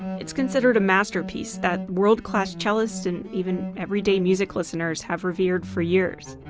it's considered a masterpiece that world class cellists and even everyday music listeners have revered for years.